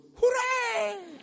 hooray